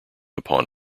upon